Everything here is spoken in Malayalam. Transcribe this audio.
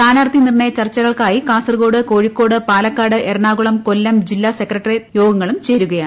സ്ഥാനാർത്ഥി നിർണയ ചർച്ചകൾക്ക്കായി കാസർകോട് കോഴിക്കോട് പാലക്കാട് എറണ്ടുകുള്ം കൊല്ലം ജില്ലാ സെക്രട്ടേറിയറ്റ് യോഗങ്ങളും ചേരുകയാണ്